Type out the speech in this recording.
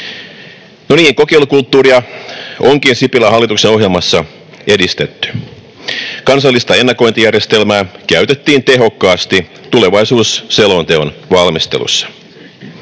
kokeilukulttuuria onkin Sipilän hallituksen ohjelmassa edistetty. Kansallista ennakointijärjestelmää käytettiin tehokkaasti tulevaisuusselonteon valmistelussa.